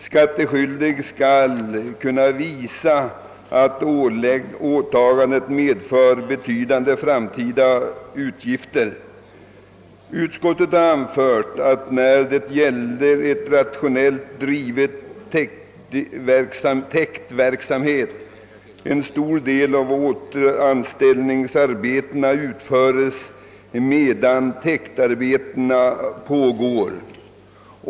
Skattskyldig skall kunna visa att åtagandet medför betydande framtida utgifter. Utskottet har anfört att i en rationellt driven täktverksamhet utföres en stor del av återställningsarbetena medan uttagen pågår.